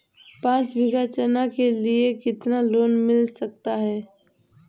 पाँच बीघा चना के लिए कितना लोन मिल सकता है?